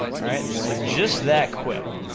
alright, so just that quick,